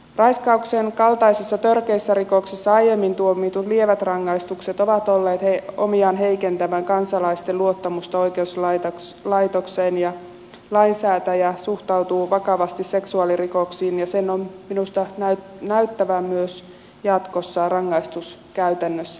raiskauksen kaltaisissa törkeissä rikoksissa aiemmin tuomitut lievät rangaistukset ovat olleet omiaan heikentämään kansalaisten luottamusta oikeuslaitokseen mutta lainsäätäjä suhtautuu vakavasti seksuaalirikoksiin ja sen on minusta näyttävä myös jatkossa rangaistuskäytännössä